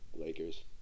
Lakers